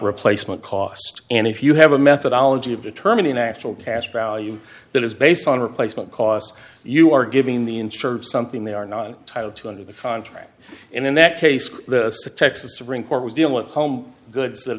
replacement cost and if you have a methodology of determining actual cash value that is based on replacement costs you are giving the insurer something they are not entitled to under the contract and in that case the sick texas supreme court was dealing home goods that